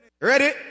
ready